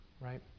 right